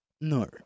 No